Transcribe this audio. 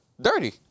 dirty